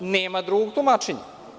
Nema drugog tumačenja.